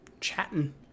chatting